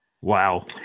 Wow